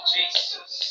Jesus